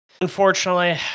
Unfortunately